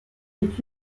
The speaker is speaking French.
est